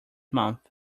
month